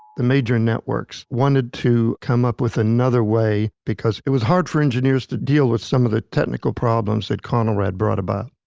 the major networks, wanted to come up with another way because it was hard for engineers to deal with some of technical problems that conelrad brought about.